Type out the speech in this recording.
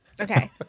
Okay